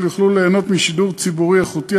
יוכלו ליהנות משידור ציבורי איכותי,